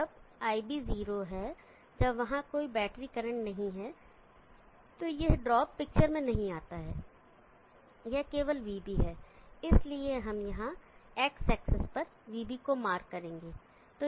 अब जब iB 0 है जब वहां कोई बैटरी करंट नहीं है तो यह ड्रॉप पिक्चर में नहीं आता है यह केवल vB है इसलिए हम यहां X एक्सिस पर vB को मार्क करेंगे